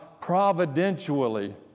providentially